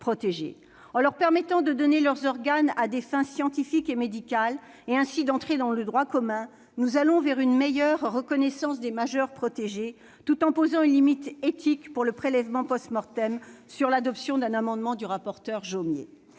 En leur permettant de donner leurs organes, à des fins scientifiques et médicales, et ainsi d'entrer dans le droit commun, nous allons vers une meilleure reconnaissance des majeurs protégés, tout en posant une limite éthique pour le prélèvement, sur adoption d'un amendement du rapporteur Bernard